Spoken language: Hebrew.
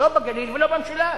לא בגליל ולא במשולש.